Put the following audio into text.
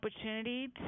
opportunity